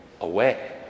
away